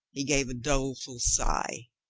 he gave a doleful sigh.